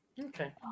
Okay